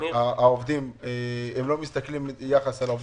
אנחנו דנים בסכנת סגירת המאפייה המרחבית